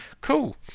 Cool